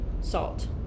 salt